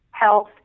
health